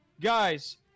Guys